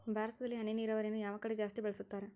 ಭಾರತದಲ್ಲಿ ಹನಿ ನೇರಾವರಿಯನ್ನು ಯಾವ ಕಡೆ ಜಾಸ್ತಿ ಬಳಸುತ್ತಾರೆ?